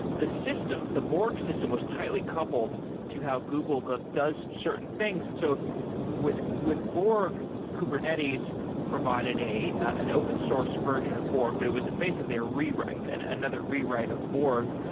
the system, the borg system was tightly coupled to how google but does certain things. and so with with borg, kubernetes provided an open source version of borg, but it was basically a rewrite and another rewrite of borg.